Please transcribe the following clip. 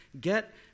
Get